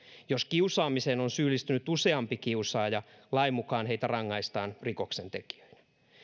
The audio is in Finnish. jos kiusaamiseen on syyllistynyt useampi kiusaaja lain mukaan heitä rangaistaan rikoksentekijöinä